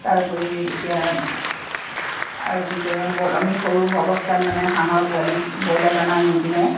তাৰোপৰি এতিয়া আৰু কি কৰি আমি সৰু অৱস্থাত মানে হাঁহৰ পোৱালিক ব্ৰইলাৰ দানা নি কিনে